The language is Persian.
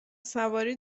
سواری